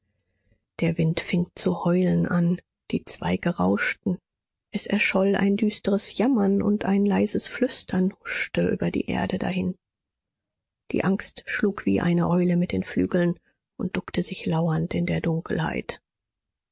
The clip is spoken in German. der wind fing zu heulen an die zweige rauschten es erscholl ein düsteres jammern und ein leises flüstern huschte über die erde dahin die angst schlug wie eine eule mit den flügeln und duckte sich lauernd in der dunkelheit